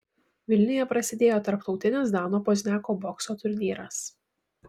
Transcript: vilniuje prasidėjo tarptautinis dano pozniako bokso turnyras